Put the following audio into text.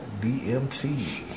DMT